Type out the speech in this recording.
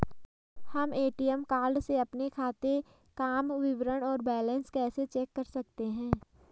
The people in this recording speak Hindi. हम ए.टी.एम कार्ड से अपने खाते काम विवरण और बैलेंस कैसे चेक कर सकते हैं?